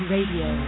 Radio